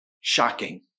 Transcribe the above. shocking